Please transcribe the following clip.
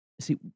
See